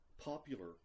popular